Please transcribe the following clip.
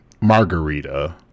Margarita